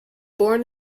born